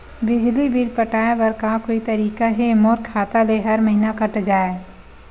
बिजली बिल पटाय बर का कोई तरीका हे मोर खाता ले हर महीना कट जाय?